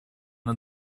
над